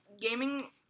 gaming